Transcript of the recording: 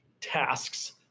tasks